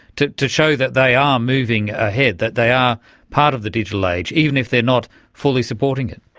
to to show that they are um moving ahead, that they are part of the digital age, even if they are not fully supporting it?